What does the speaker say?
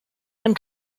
and